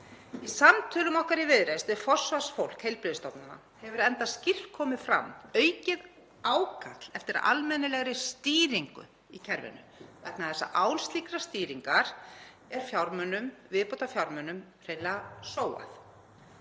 Í samtölum okkar í Viðreisn við forsvarsfólk heilbrigðisstofnana hefur enda skýrt komið fram aukið ákall eftir almennilegri stýringu í kerfinu vegna þess að án slíkrar stýringar er viðbótarfjármunum hreinlega sóað.